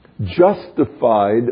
...justified